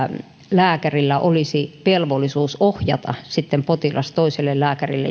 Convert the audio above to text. lääkärillä olisi velvollisuus ohjata sitten potilas toiselle lääkärille